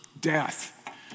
death